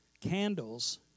candles